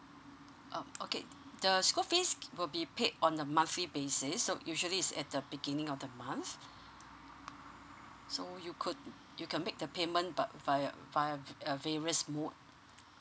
ah okay the school fees will be paid on a monthly basis so usually is at the beginning of the month so you could you can make the payment via via various mode